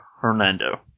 Hernando